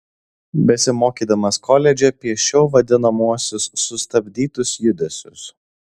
besimokydamas koledže piešiau vadinamuosius sustabdytus judesius